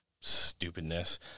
stupidness